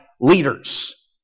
leaders